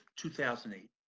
2008